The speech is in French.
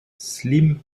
slim